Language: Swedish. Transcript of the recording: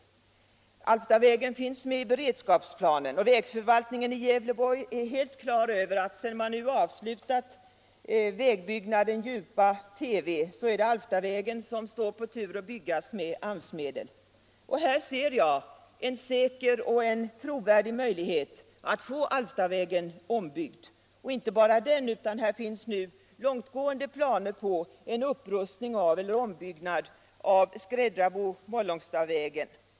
Alftavägen finns med i beredskapsplanen, och vägförvaltningen i Gävleborgs län är helt klar över att Alftavägen — sedan man nu avslutat vägbyggnaden Djupa-Teve — står på tur att byggas med AMS-medel. Här ser jag en säker och trovärdig möjlighet att få Alftavägen ombyggd, och inte bara den; det finns nu långtgående planer på en upprustning eller ombyggnad av Skräddrabo-Mållångsta-vägen.